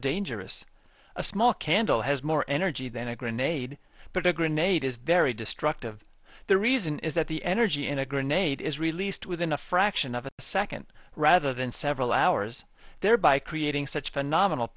dangerous a small candle has more energy than a grenade but a grenade is very destructive the reason is that the energy in a grenade is released within a fraction of a second rather than several hours thereby creating such phenomenal